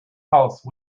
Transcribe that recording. house